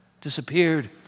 disappeared